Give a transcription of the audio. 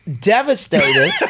Devastated